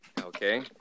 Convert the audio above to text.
Okay